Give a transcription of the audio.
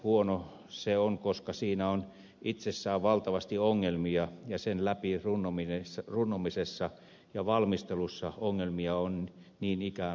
huono se on koska siinä on itsessään valtavasti ongelmia ja sen läpirunnomisessa ja valmistelussa ongelmia on niin ikään valtavasti